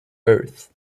earth